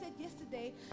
yesterday